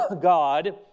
God